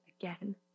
again